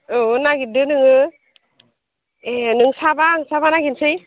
औ नागिरदो नोङो ए नों साबा आं साबा नागिरसै